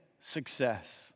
success